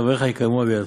שחבריך יקימוה בידך,